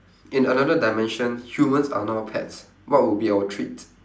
in another dimension humans are now pets what would be our treat